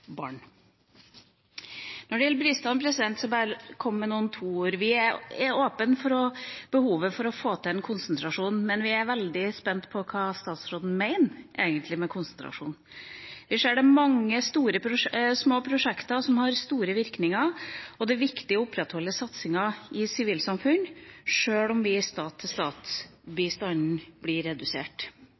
barn. Når det gjelder bistand, vil jeg bare komme med noen ord. Vi er åpne for behovet for å få til en konsentrasjon, men vi er veldig spent på hva statsråden egentlig mener med konsentrasjon. Vi ser at det er mange små prosjekter som har store virkninger, og det er viktig å opprettholde satsingen i sivilsamfunn sjøl om stat-til-stat-bistanden blir redusert. Vi